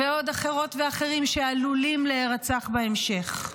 ועוד אחרות ואחרים שעלולים להירצח בהמשך.